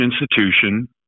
institution